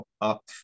up